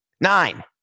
Nine